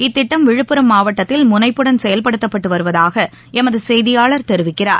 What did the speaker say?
இத்திட்டம் விழுப்புரம் மாவட்டத்தில் முனைப்புடன் செயல்படுத்தப்பட்டுவருவதாகளமதுசெய்தியாளர் சுரேஷ் தெரிவிக்கிறார்